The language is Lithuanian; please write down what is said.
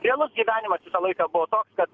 realus gyvenimas visą laiką buvo toks kad